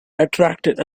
attracted